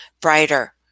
brighter